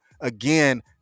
Again